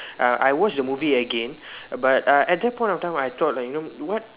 uh I watch the movie again but uh at that point of time I thought uh you know what